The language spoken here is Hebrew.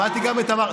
שמעתי גם את תמר.